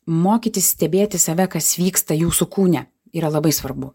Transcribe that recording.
mokytis stebėti save kas vyksta jūsų kūne yra labai svarbu